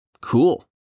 Cool